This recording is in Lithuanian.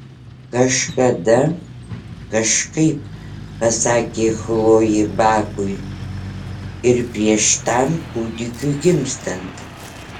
kažkada kažkaip pasakė chlojė bakui ir prieš tam kūdikiui gimstant